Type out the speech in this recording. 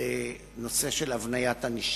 בנושא של הבניית ענישה.